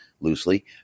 loosely